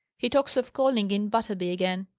he talks of calling in butterby again.